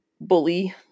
bully